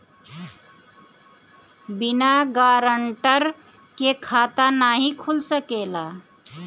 बिना गारंटर के खाता नाहीं खुल सकेला?